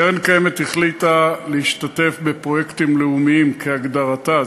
קרן קיימת החליטה להשתתף בפרויקטים לאומיים כהגדרתה,